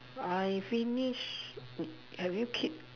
I finish have you keep